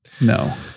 No